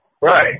Right